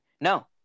no